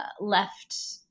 left